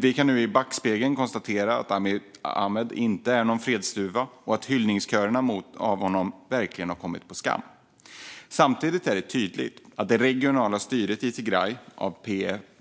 Vi kan nu i backspegeln konstatera att Abiy Ahmed inte är någon fredsduva och att hyllningskörerna av honom verkligen har kommit på skam. Samtidigt är det tydligt att det regionala styret i Tigray,